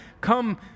come